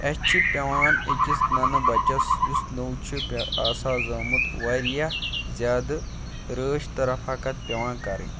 اَسہِ چھِ پٮ۪وان أکِس نَنہٕ بچس یُس نوٚو چھُ آسان زامُت واریاہ زیادٕ رٲچھ تہٕ رفاقت پٮ۪وان کَرٕنۍ